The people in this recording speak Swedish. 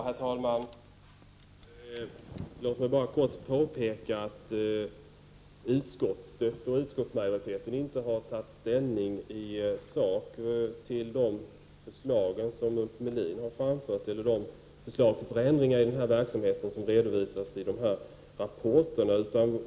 Herr talman! Låt mig helt kort påpeka att utskottsmajoriteten inte har tagit ställning i sak till de förslag till förändringar i verksamheten som redovisas i dessa rapporter.